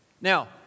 Now